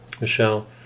Michelle